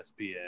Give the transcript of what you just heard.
ESPN